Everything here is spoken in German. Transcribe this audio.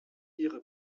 ihre